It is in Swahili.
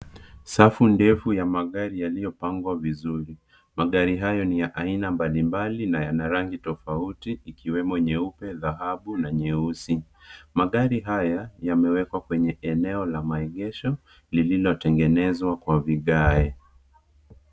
Safu ndefu ya magari yaliyopangwa vizuri. Magari hayo ni ya aina mbalimbali na yana rangi tofauti ikiwemo, nyeupe, dhahabu na nyeusi. Magari haya, yamewekwa kwenye eneo la maegesho, lilolotengenezwa kwa vigae.